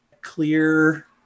clear